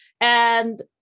And-